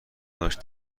داشت